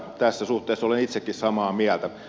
tässä suhteessa olen itsekin samaa mieltä